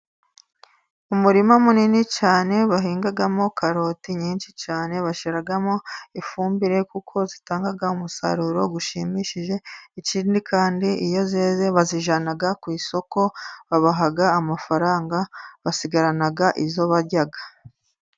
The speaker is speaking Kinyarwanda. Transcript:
Umurima munini cyane bahingamo karoti nyinshi cyane, bashyiramo ifumbire kuko zitanga umusaruro ushimishije. Ikindi kandi iyo zeze bazijyana ku isoko babaha amafaranga basigarana izo barya.